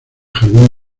jardín